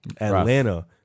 Atlanta